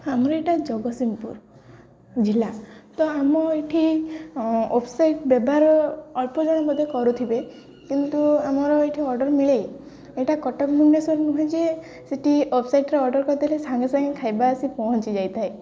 ଆମର ଏଇଟା ଜଗତସିଂହପୁର ଜିଲ୍ଲା ତ ଆମ ଏଠି ୱେବସାଇଟ୍ ବ୍ୟବହାର ଅଳ୍ପ ଜଣ ମଧ୍ୟେ କରୁଥିବେ କିନ୍ତୁ ଆମର ଏଠି ଅର୍ଡର୍ ମିଳେ ଏଇଟା କଟକ ଭୁବନେଶ୍ୱର ନୁହେଁ ଯେ ସେଠି ୱେବସାଇଟ୍ରେ ଅର୍ଡର୍ କରିଦେଲେ ସାଙ୍ଗେ ସାଙ୍ଗେ ଖାଇବା ଆସି ପହଞ୍ଚି ଯାଇଥାଏ